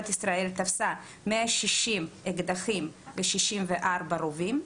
ישראל תפסה 160 אקדחים ו-64 רובים.